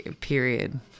Period